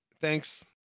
thanks